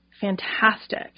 fantastic